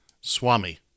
Swami